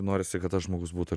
norisi kad tas žmogus būtų